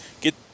get